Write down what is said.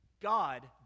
God